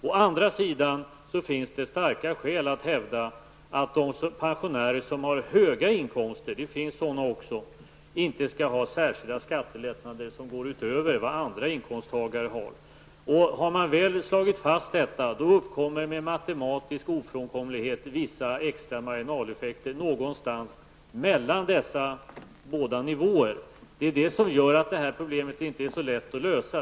Å andra sidan finns det starka skäl att hävda att de pensionärer som har höga inkomster, det finns också sådana, inte skall ha särskilda skattelättnader som går utöver vad andra inkomstagare får. Har man väl slagit fast detta kommer med matematisk ofrånkomlighet vissa extra marginaleffekter någonstans mellan dessa båda nivåer. Det är detta som gör att problemet inte är så lätt att lösa.